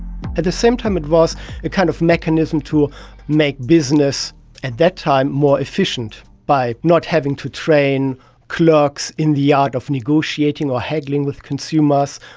at the same time it was a kind of mechanism to make business at that time more efficient by not having to train clerks in the art of negotiating or haggling with consumers.